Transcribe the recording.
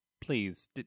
please